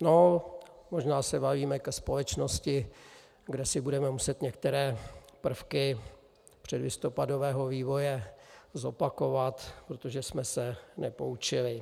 No, možná se valíme ke společnosti, kde si budeme muset některé prvky předlistopadového vývoje zopakovat, protože jsme se nepoučili.